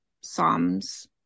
psalms